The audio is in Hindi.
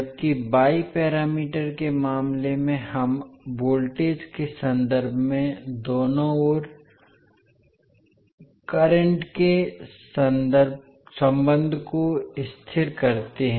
जबकि y पैरामीटर के मामले में हम वोल्टेज के संदर्भ में दोनों ओर करंट के संबंध को स्थिर करते हैं